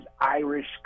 Irish